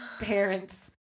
parents